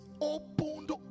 opened